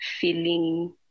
feeling